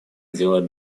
делать